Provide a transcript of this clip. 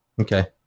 Okay